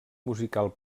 musical